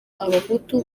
abahutu